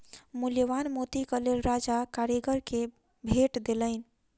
मूल्यवान मोतीक लेल राजा कारीगर के भेट देलैन